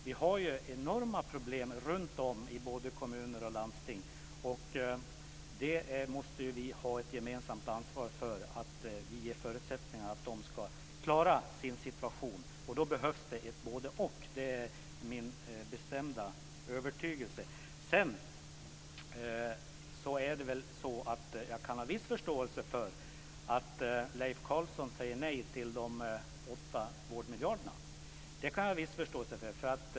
Vi har enorma problem runtom i kommuner och landsting, och vi har ett gemensamt ansvar för att ge dessa förutsättningar för att klara sin situation. Det är min bestämda övertygelse att det då behövs ett både-och. Jag kan vidare ha viss förståelse för att Leif Carlson säger nej till de 8 vårdmiljarderna.